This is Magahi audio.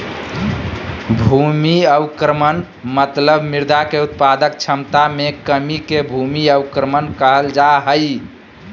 भूमि अवक्रमण मतलब मृदा के उत्पादक क्षमता मे कमी के भूमि अवक्रमण कहल जा हई